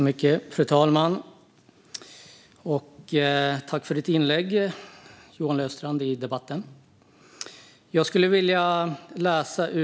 Fru talman! Jag tackar för Johan Löfstrands inlägg i debatten.